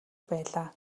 байлаа